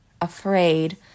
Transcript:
afraid